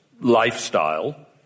lifestyle